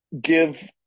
give